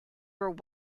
were